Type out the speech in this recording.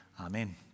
Amen